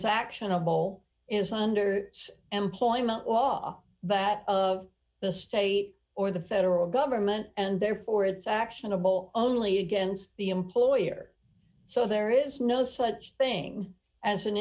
is actionable is under employment law but of the state or the federal government and therefore it's actionable only against the employer so there is no such thing as an